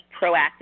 proactive